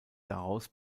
daraus